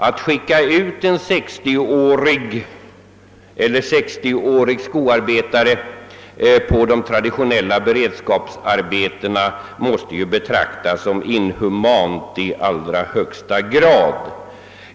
Att skicka ut en 60-åring, en 60-årig skoarbetare, på de traditionella beredskapsarbetena måste betraktas som inhumant i allra högsta grad.